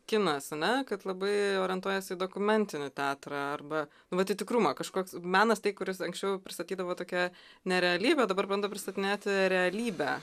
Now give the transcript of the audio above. kinas ane kad labai orientuojasi į dokumentinį teatrą arba vat į tikrumą kažkoks menas tai kuris anksčiau prisakydavo tokią nerealybę dabar bando pristatinėti realybę